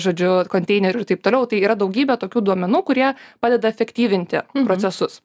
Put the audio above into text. žodžiu konteinerių ir taip toliau tai yra daugybė tokių duomenų kurie padeda efektyvinti procesus